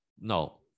no